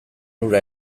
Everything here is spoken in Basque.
hura